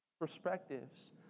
perspectives